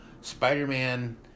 Spider-Man